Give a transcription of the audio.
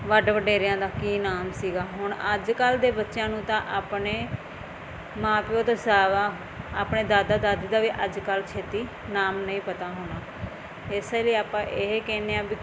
ਵੱਡ ਵਡੇਰਿਆਂ ਦਾ ਕੀ ਨਾਮ ਸੀਗਾ ਹੁਣ ਅੱਜ ਕੱਲ੍ਹ ਦੇ ਬੱਚਿਆਂ ਨੂੰ ਤਾਂ ਆਪਣੇ ਮਾਂ ਪਿਓ ਦੇ ਸਿਵਾ ਆਪਣੇ ਦਾਦਾ ਦਾਦੀ ਦਾ ਵੀ ਅੱਜ ਕੱਲ੍ਹ ਛੇਤੀ ਨਾਮ ਨਹੀਂ ਪਤਾ ਹੋਣਾ ਇਸੇ ਲਈ ਆਪਾਂ ਇਹ ਕਹਿੰਦੇ ਆ ਵੀ